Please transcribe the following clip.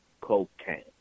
cocaine